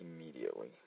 immediately